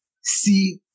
see